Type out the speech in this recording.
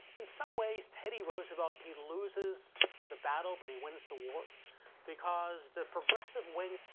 in some ways teddy roosevelt, he loses the battle. but he wins the war because the progressive wing,